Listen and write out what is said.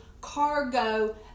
cargo